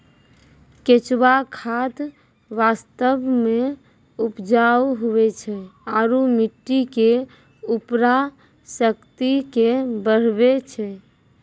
केंचुआ खाद वास्तव मे उपजाऊ हुवै छै आरू मट्टी के उर्वरा शक्ति के बढ़बै छै